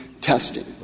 testing